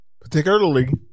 Particularly